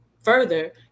further